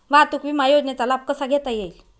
वाहतूक विमा योजनेचा लाभ कसा घेता येईल?